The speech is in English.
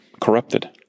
corrupted